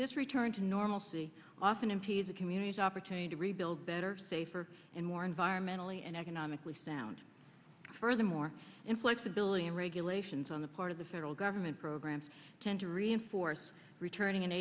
this return to normalcy often impede the community's opportunity to rebuild better safer and more environmentally and economically sound furthermore in flexibility and regulations on the part of the federal government programs tend to reinforce returning an